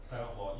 singapore